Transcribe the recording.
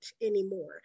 anymore